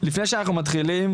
לפני שאנחנו מתחילים,